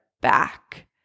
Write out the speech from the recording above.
back